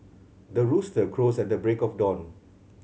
the rooster crows at the break of dawn